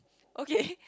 okay